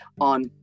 on